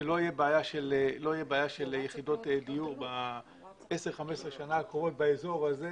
שלא תהיה בעיה של יחידות דיור ב-15-10 שנה הקרובות באזור הזה.